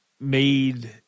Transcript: made